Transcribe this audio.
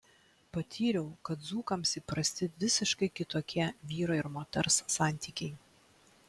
patyriau kad dzūkams įprasti visiškai kitokie vyro ir moters santykiai